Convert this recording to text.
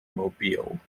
mobile